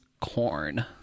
corn